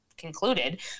concluded